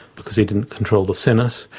because he didn't control the senate,